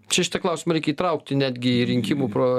čia šitą klausimą reikia įtraukti netgi į rinkimų pro